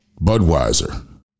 Budweiser